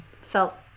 felt